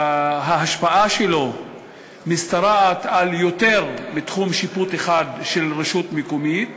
שההשפעה שלו משתרעת על יותר מתחום שיפוט אחד של רשות מקומית